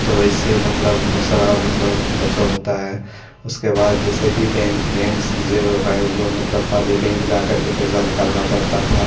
तो ऐसे मतलब बहुत सारा मतलब बचाउ होता है उसके बाद जैसे कि बैंक बैंक से जो है जो मतलब पहले बैंक जा करके पैसा निकालना पड़ता था